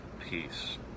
peace